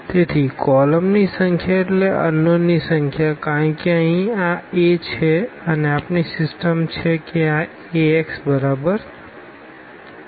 તેથી કોલમની સંખ્યા એટલે અનનોનની સંખ્યા કારણ કે અહીં આ A છે અને આપણી સિસ્ટમ છે કે આ Ax બરાબર છે b